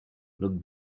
looked